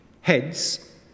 heads